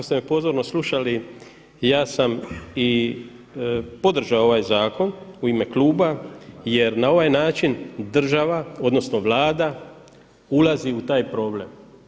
ste me pozorno slušali ja sam i podržao ovaj zakon u ime kluba jer na ovaj način država odnosno Vlada ulazi u taj problem.